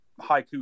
haiku